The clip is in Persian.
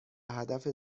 هدف